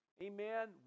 amen